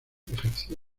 ejerció